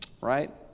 Right